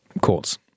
courts